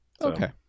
Okay